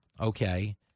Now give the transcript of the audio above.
okay